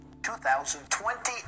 2020